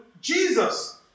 jesus